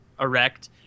Erect